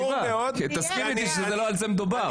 תסכים איתי שלא על זה מדובר.